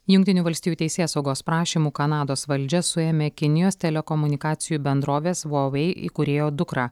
jungtinių valstijų teisėsaugos prašymu kanados valdžia suėmė kinijos telekomunikacijų bendrovės vau vei įkūrėjo dukrą